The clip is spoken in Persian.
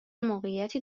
موقعیتی